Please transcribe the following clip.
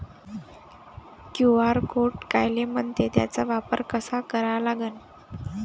QR code कायले म्हनते, त्याचा वापर कसा करा लागन?